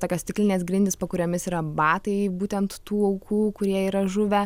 tokios stiklinės grindys po kuriomis yra batai būtent tų aukų kurie yra žuvę